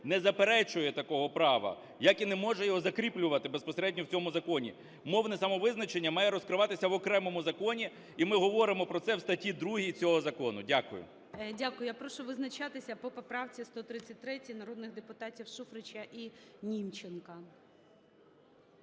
не заперечує такого права, як і не може його закріплювати безпосередньо в цьому законі. Мовне самовизначення має розкриватися в окремому законі, і ми говоримо про це в статті 2 цього закону. Дякую. ГОЛОВУЮЧИЙ. Дякую. Я прошу визначатися по поправці 133 народних депутатів Шуфрича і Німченка.